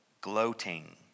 gloating